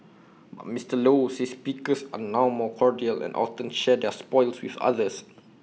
but Mister low says pickers are now more cordial and often share their spoils with others